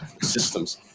systems